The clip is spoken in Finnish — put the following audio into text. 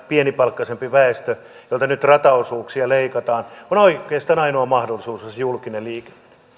pienipalkkaisemmalle väestölle jolta nyt rataosuuksia leikataan on oikeastaan ainoa mahdollisuus se julkinen liikenne